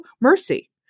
mercy